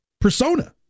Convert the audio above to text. persona